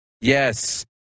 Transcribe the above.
yes